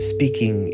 Speaking